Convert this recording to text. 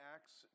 Acts